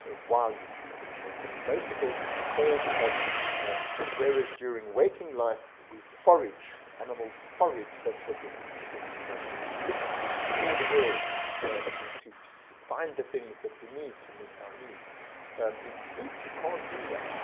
ah while you're sleeping, and it's a motivated form of whereas during waking life we forage, animals forage, that's what the seeking system does, we look, we explore the world to to so find the things that we need to meet our needs in sleep you can't do that.